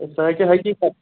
A سُہ حظ چھِ حقیٖقت